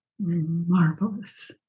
marvelous